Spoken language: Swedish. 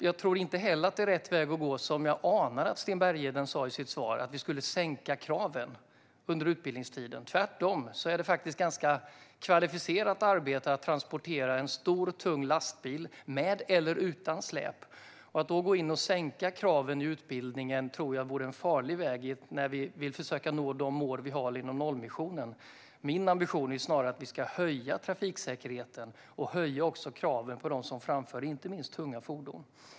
Jag tror inte heller att det som jag anar att Sten Bergheden sa i sitt inlägg är rätt väg att gå: att vi skulle sänka kraven under utbildningstiden. Tvärtom - det är ett ganska kvalificerat arbete att transportera en stor och tung lastbil med eller utan släp. Att då gå in och sänka kraven i utbildningen tror jag vore en farlig väg när vi vill försöka nå de mål vi har inom nollvisionen. Min ambition är snarare att vi ska höja trafiksäkerheten och även höja kraven på dem som framför inte minst tunga fordon.